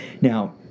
Now